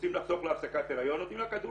רוצים לחסוך להפסקת הריון נותנים לה כדורים.